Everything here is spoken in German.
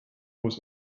muss